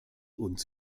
uns